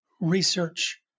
research